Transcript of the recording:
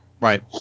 Right